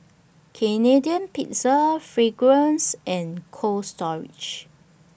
Canadian Pizza Fragrance and Cold Storage